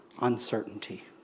uncertainty